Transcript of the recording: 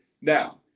Now